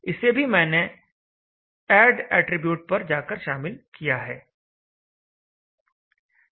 इसे भी मैंने एड अटरीब्यूट पर जाकर शामिल किया है